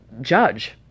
judge